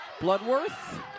Bloodworth